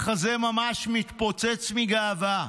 החזה ממש מתפוצץ מגאווה.